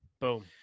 Boom